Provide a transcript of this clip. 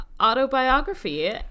autobiography